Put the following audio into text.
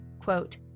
quote